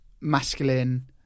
masculine